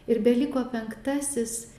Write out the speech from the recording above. ir beliko penktasis